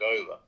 over